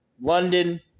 London